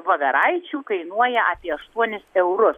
voveraičių kainuoja apie aštuonis eurus